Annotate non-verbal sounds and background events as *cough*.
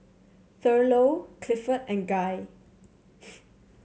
Thurlow Clifford and Guy *noise*